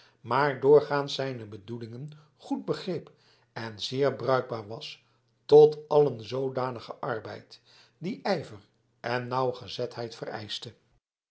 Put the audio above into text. maar doorgaans zijne bedoelingen goed begreep en zeer bruikbaar was tot allen zoodanigen arbeid die ijver en nauwgezetheid vereischte